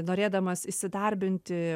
norėdamas įsidarbinti